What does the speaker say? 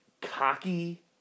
cocky